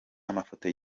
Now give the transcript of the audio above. amafoto